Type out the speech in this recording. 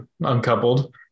uncoupled